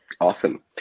Awesome